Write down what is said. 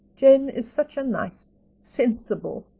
jane is such a nice, sensible,